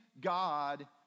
God